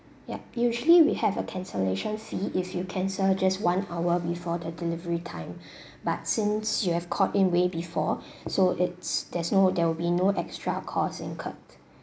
ya usually we have a cancellation fee if you cancel just one hour before the delivery time but since you have called in way before so it's there's no there will be no extra cost incurred